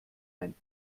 ein